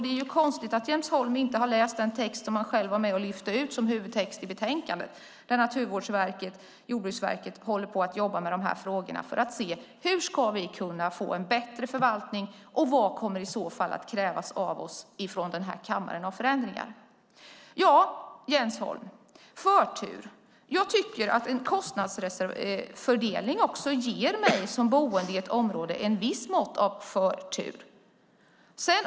Det är konstigt att Jens Holm inte har läst den text som han själv var med och lyfte ut som huvudtext i betänkandet. Naturvårdsverket och Jordbruksverket jobbar med de här frågorna för att se hur vi ska kunna få en bättre förvaltning och vad som kommer att krävas av oss här i kammaren när det gäller förändringar. Jag tycker att en kostnadsfördelning ger mig som boende i ett område ett visst mått av förtur.